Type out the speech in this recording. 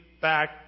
back